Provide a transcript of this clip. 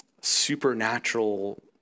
supernatural